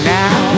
now